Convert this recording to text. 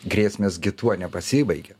grėsmės gi tuo nepasibaigia